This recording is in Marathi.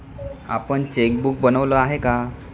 आपण चेकबुक बनवलं आहे का?